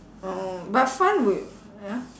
oh but fun with ya